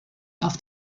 auf